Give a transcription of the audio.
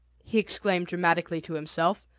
he exclaimed dramatically to himself,